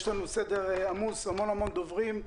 יש לנו סדר עמוס, המון דוברים.